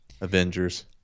Avengers